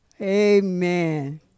Amen